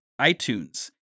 iTunes